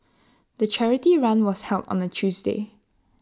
the charity run was held on A Tuesday